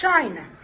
China